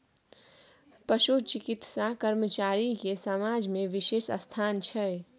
पशु चिकित्सा कर्मचारी के समाज में बिशेष स्थान छै